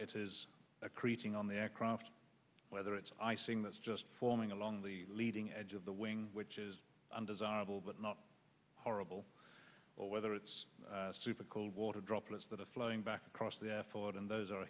creating on the aircraft whether it's icing that's just forming along the leading edge of the wing which is undesirable but not horrible or whether it's super cold water droplets that are flowing back across the effort and those are a